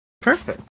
Perfect